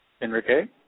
Enrique